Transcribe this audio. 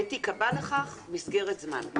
ותיקבע לכך מסגרת זמן,